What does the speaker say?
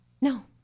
No